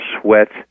sweat